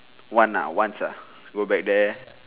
one lah once ah go back there